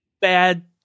bad